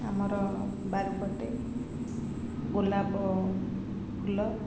ଆମର ବାରି ପଟେ ଗୋଲାପ ଫୁଲ